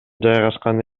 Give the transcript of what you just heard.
жайгашкан